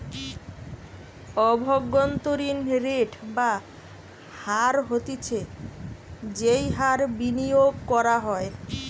অভ্যন্তরীন রেট বা হার হতিছে যেই হার বিনিয়োগ করা হয়